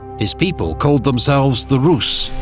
his people called themselves the rus,